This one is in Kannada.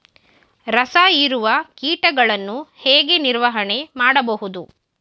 ರಸ ಹೀರುವ ಕೀಟಗಳನ್ನು ಹೇಗೆ ನಿರ್ವಹಣೆ ಮಾಡಬಹುದು?